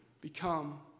become